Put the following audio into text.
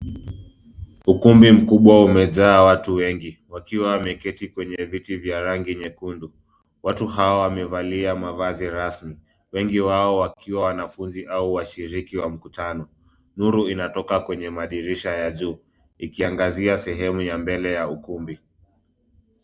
Ukumbi mkubwa umezao watu wengi, wakiwa wameketi kwenye viti vya rangi nyekundu. Watu hawa wamevalia mavazi rasmi, wengi wao wakiwa wanafunzi au washiriki wa mkutano. Nuru inatoka kwenye madirisha ya juu, ikiangazia sehemu ya mbele ya ukumbi.